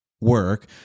work